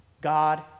God